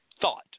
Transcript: thought